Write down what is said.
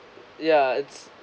yeah its